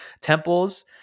temples